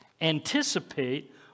Anticipate